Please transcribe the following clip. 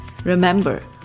Remember